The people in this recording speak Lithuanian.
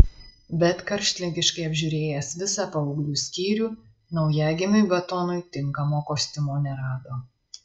bet karštligiškai apžiūrėjęs visą paauglių skyrių naujagimiui batonui tinkamo kostiumo nerado